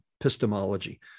epistemology